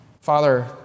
Father